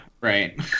right